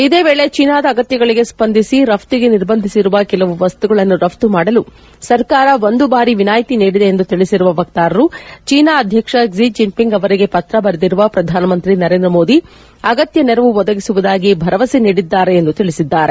ಇದೇ ವೇಳೆ ಜೀನಾದ ಅಗತ್ಯಗಳಿಗೆ ಸ್ಪಂದಿಸಿ ರಫ್ತಿಗೆ ನಿರ್ಬಂಧಿಸಿರುವ ಕೆಲವು ವಸ್ತುಗಳನ್ನು ರಪ್ತು ಮಾಡಲು ಸರ್ಕಾರ ಒಂದು ಬಾರಿ ವಿನಾಯಿತಿ ನೀಡಿದೆ ಎಂದು ತಿಳಿಸಿರುವ ವಕ್ತಾರರು ಜೀನಾ ಅಧ್ಯಕ್ಷ ಕ್ಸಿ ಜಿನ್ ಪಿಂಗ್ ಅವರಿಗೆ ಪತ್ರ ಬರೆದಿರುವ ಪ್ರಧಾನಮಂತ್ರಿ ನರೇಂದ್ರ ಮೋದಿ ಅವರು ಅಗತ್ಯ ನೆರವು ಒದಗಿಸುವುದಾಗಿ ಭರವಸೆ ನೀಡಿದ್ದಾರೆ ಎಂದು ತಿಳಿಸಿದ್ದಾರೆ